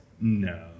No